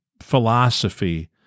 philosophy